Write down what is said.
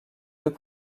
deux